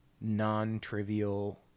non-trivial